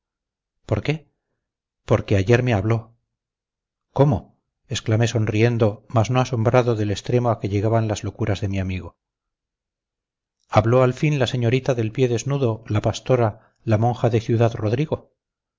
por qué porque ayer me habló cómo exclamé sonriendo mas no asombrado del extremo a que llegaban las locuras de mi amigo habló al fin la señorita del pie desnudo la pastora la monja de